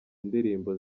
indirimbo